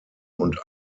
und